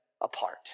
apart